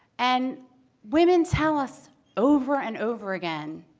and women tell us over and over again,